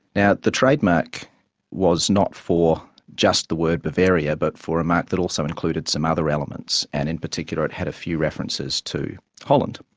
now the trademark was not for just the word bavaria but for a mark that also included some other elements, and in particular it had a few references to holland,